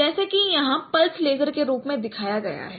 जैसा कि यहां पल्स लेज़र के रूप में दिखाया गया है